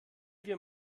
wir